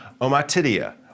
omatidia